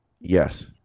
Yes